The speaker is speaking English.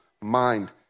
mind